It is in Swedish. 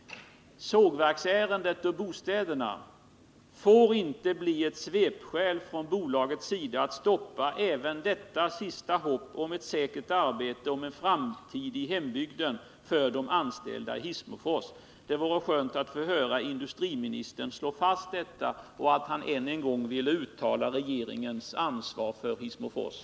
Sågverksärendet och bostäderna får inte bli ett svepskäl från bolagets sida att stoppa även det sista hoppet om ett säkert arbete och om en framtid i hembygden för de anställda vid Hissmofors. Det vore skönt att få höra industriministern slå fast detta, och jag hoppas att han än en gång vill uttala regeringens ansvar för Hissmofors.